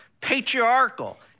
patriarchal